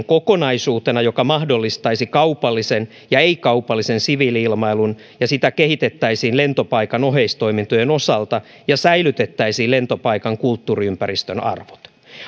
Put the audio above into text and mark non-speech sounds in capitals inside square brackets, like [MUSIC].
[UNINTELLIGIBLE] kokonaisuutena joka mahdollistaisi kaupallisen ja ei kaupallisen siviili ilmailun ja sitä kehitettäisiin lentopaikan oheistoimintojen osalta ja säilytettäisiin lentopaikan kulttuuriympäristön arvot